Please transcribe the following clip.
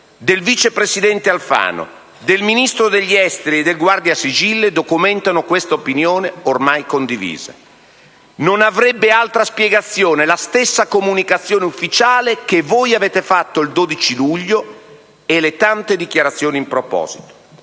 del vice presidente Alfano, del Ministro degli affari esteri e del Guardasigilli documentino questa opinione ormai condivisa. Non avrebbe altra spiegazione la stessa comunicazione ufficiale che voi avete fatto il 12 luglio e le tante dichiarazioni in proposito.